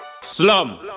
Slum